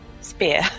Spear